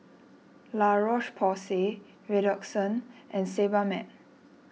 La Roche Porsay Redoxon and Sebamed